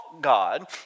God